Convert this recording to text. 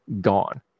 gone